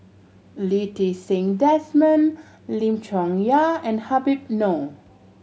Lee Ti Seng Desmond Lim Chong Yah and Habib Noh